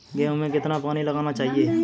गेहूँ में कितना पानी लगाना चाहिए?